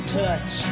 touch